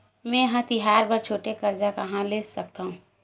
मेंहा तिहार बर छोटे कर्जा कहाँ ले सकथव?